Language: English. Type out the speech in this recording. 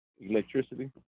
electricity